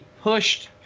pushed